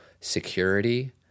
security